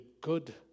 good